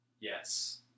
Yes